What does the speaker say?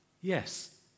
Yes